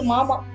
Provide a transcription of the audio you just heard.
Mama